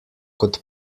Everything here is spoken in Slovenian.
kot